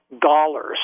dollars